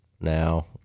now